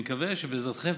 אני מקווה שבעזרתכם,